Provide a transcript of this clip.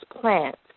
plants